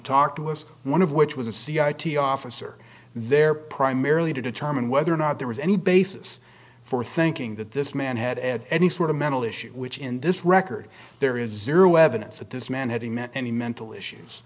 talk to us one of which was a cia officer there primarily to determine whether or not there was any basis for thinking that this man had any sort of mental issue which in this record there is zero evidence that this man having met any mental issues